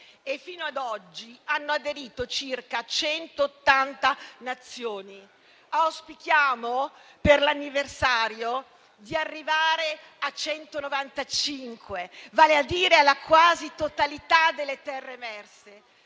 e, fino ad oggi, hanno aderito circa 180 Nazioni. Auspichiamo, per l'anniversario, di arrivare a 195, vale a dire alla quasi totalità delle terre emerse.